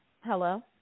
Hello